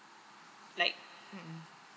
like mm